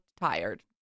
tired